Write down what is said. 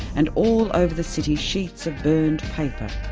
and all of the city, sheets of burned paper,